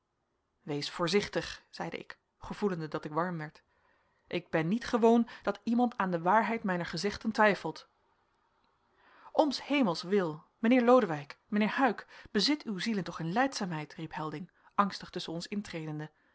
wees voorzichtig zeide ik gevoelende dat ik warm werd ik ben niet gewoon dat iemand aan de waarheid mijner gezegden twijfelt om s hemels wil mijnheer lodewijk mijnheer huyck bezit uw zielen toch in lijdzaamheid riep helding angstig tusschen ons intredende